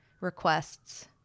requests